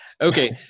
Okay